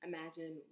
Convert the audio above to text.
Imagine